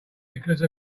because